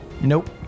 Nope